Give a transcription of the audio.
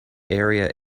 area